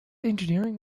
engineering